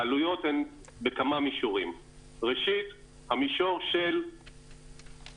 העלויות הן בכמה מישורים: ראשית, המישור של הזמן.